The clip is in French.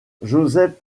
josep